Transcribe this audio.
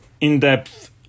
in-depth